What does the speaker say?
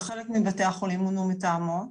בחלק מבתי החולים מונו מתאמות.